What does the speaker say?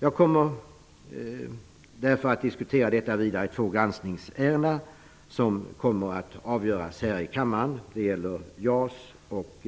Jag kommer att ta upp det vidare under de två granskningsärenden som kommer att avgöras här i kammaren. Det gäller JAS-ärendet och